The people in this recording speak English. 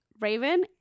Raven